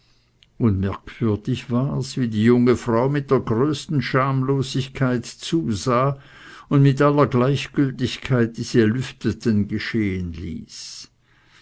und merkwürdig war's wie die junge frau mit der größten schamlosigkeit zusah und mit aller gleichgültigkeit diese lüfteten geschehen ließ